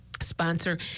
sponsor